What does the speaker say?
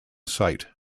site